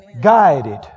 guided